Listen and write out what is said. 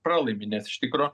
pralaimi nes iš tikro